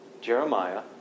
Jeremiah